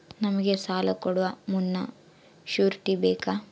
ನಮಗೆ ಸಾಲ ಕೊಡುವ ಮುನ್ನ ಶ್ಯೂರುಟಿ ಬೇಕಾ?